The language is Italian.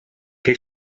che